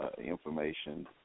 information